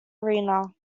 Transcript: arena